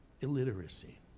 illiteracy